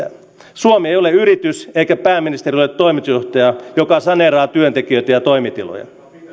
suomi ei ole yritys eikä pääministeri ole toimitusjohtaja joka saneeraa työtekijöitä ja toimitiloja